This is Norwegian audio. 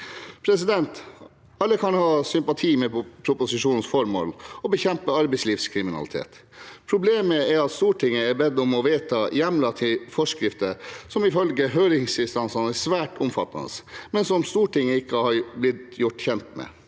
regjeringen. Alle kan ha sympati med proposisjonens formål – å bekjempe arbeidslivskriminalitet. Problemet er at Stortinget er bedt om å vedta hjemler til forskrifter som ifølge høringsinstansene er svært omfattende, men som Stortinget ikke har blitt gjort kjent med.